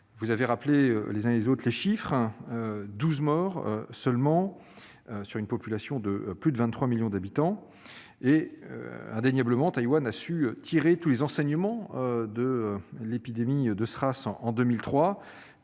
Vous avez rappelé les uns et les autres les chiffres : douze morts seulement sur une population de plus de 23 millions d'habitants. Indéniablement, Taïwan a su tirer tous les enseignements de l'épidémie de SRAS en 2003